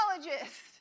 psychologist